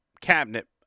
cabinet